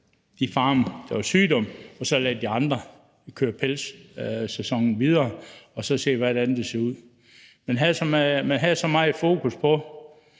de farme, der er sygdom på, og havde ladet de andre køre pelssæsonen videre og så havde set, hvordan det så ud. Man havde så meget fokus på,